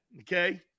Okay